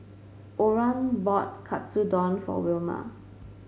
Oran bought Katsu Tendon for Wilma